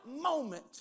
moment